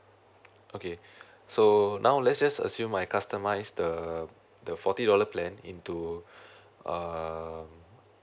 okay so now let's just assume I customize the uh the forty dollar plan into uh